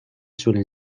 suelen